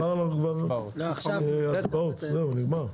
לא, מחר הצבעות, זהו, נגמר.